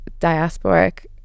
diasporic